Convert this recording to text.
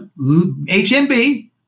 HMB